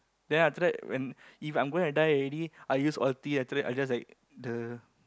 then after when If I going to die already I use ulti after that I just like the